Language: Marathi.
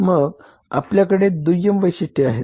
मग आपल्याकडे दुय्यम वैशिष्ट्ये आहेत